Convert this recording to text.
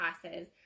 classes